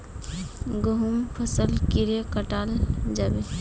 गहुम फसल कीड़े कटाल जाबे?